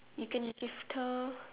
you can gift her